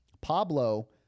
Pablo